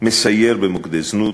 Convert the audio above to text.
מסייר במוקדי זנות.